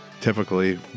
typically